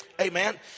Amen